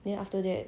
then after that